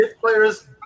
players